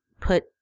put